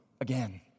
again